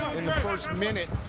in the first minute